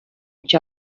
each